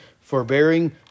forbearing